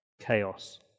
chaos